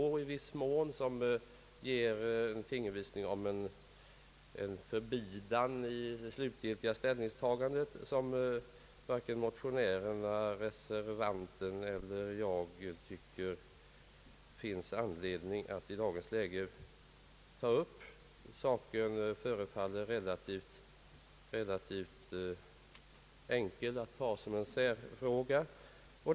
Detta ger en fingervisning om en förbidan i det slutliga ställningstagandet som varken motionärerna, reservanten eller jag tycker att det finns anledning att ta upp i dagens läge. Saken förefaller relativt enkel att ta som en särfråga.